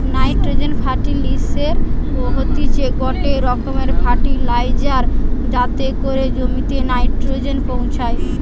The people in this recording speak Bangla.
নাইট্রোজেন ফার্টিলিসের হতিছে গটে রকমের ফার্টিলাইজার যাতে করি জমিতে নাইট্রোজেন পৌঁছায়